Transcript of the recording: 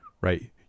right